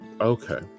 okay